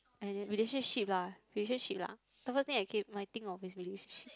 uh relationship lah relationship lah the first thing I cam~ think of is relationship